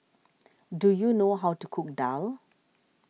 do you know how to cook Daal